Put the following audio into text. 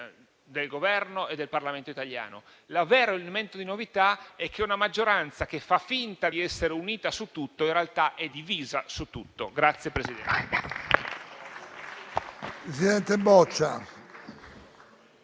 del Governo e del Parlamento italiano. Il vero elemento di novità è che una maggioranza che fa finta di essere unita su tutto, in realtà, è divisa su tutto. BOCCIA